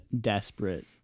desperate